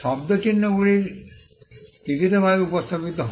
শব্দ চিহ্নগুলি লিখিতভাবে উপস্থাপিত হয়